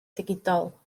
digidol